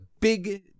big